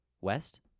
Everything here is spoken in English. West